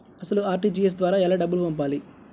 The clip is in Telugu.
అసలు అర్.టీ.జీ.ఎస్ ద్వారా ఎలా డబ్బులు పంపాలి?